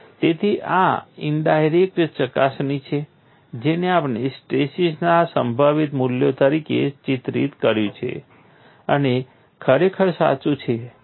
તેથી આ ઇન્ડાયરેક્ટ ચકાસણી છે જેને આપણે સ્ટ્રેસીસના સંભવિત મૂલ્યો તરીકે ચિત્રિત કર્યું છે તે ખરેખર સાચું છે